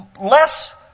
less